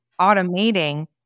automating